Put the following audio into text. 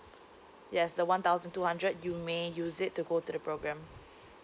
yes the one thousand two hundred you may use it to go to the program